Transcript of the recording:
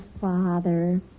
Father